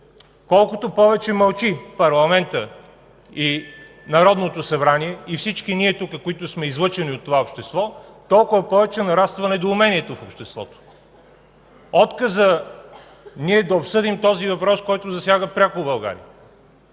Колкото повече мълчи парламентът и Народното събрание, и всички ние тук, които сме излъчени от това общество, толкова повече нараства недоумението в обществото. Отказът ние да обсъдим този въпрос, който засяга пряко България,